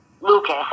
Lucas